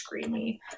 screamy